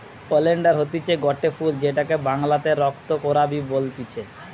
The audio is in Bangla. ওলেন্ডার হতিছে গটে ফুল যেটাকে বাংলাতে রক্ত করাবি বলতিছে